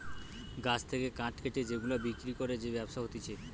গাছ থেকে কাঠ কেটে সেগুলা বিক্রি করে যে ব্যবসা হতিছে